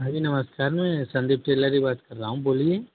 हाँ जी नमस्कार में संदीप टेलर ही बात कर रहा हूँ बोलिए